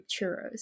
churros